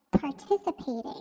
participating